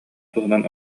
туһунан